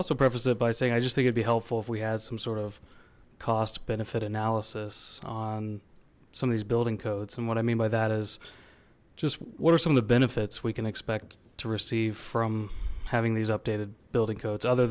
also purpose it by saying i just think it'd be helpful if we had some sort of cost benefit analysis on some of these building codes and what i mean by that is just what are some of the benefits we can expect to receive from having these updated building codes other